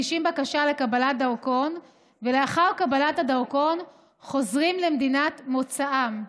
מגישים בקשה לקבלת דרכון ולאחר קבלת הדרכון חוזרים למדינת מוצאם.